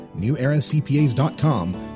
NewEraCPAs.com